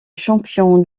champion